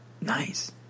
Nice